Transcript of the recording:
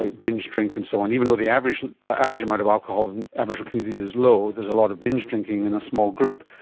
ah binge drink and so on, even though the average average amount of alcohol in aboriginal communities is low, there is a lot of binge drinking in a small group.